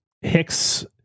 Hicks